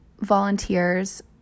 volunteers